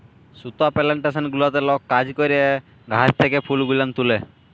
সুতা পেলেনটেসন গুলাতে লক কাজ ক্যরে গাহাচ থ্যাকে ফুল গুলান তুলে